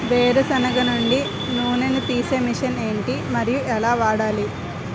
వేరు సెనగ నుండి నూనె నీ తీసే మెషిన్ ఏంటి? మరియు ఎలా వాడాలి?